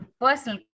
personal